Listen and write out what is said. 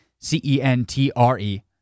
C-E-N-T-R-E